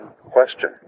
question